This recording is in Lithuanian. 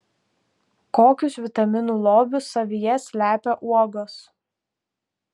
kokius vitaminų lobius savyje slepia uogos